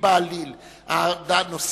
הוא דבר בלתי חוקי בעליל.